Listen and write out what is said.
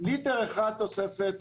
ליטר אחד תוספת,